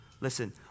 Listen